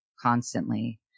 constantly